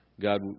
God